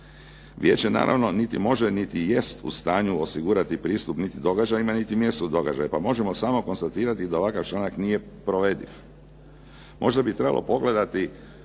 Vijeće naravno niti može, niti jest u stanju osigurati pristup niti događajima, niti mjestu događaja, pa možemo samo konstatirati da ovakav članak nije provediv. Možda bi trebalo pogledati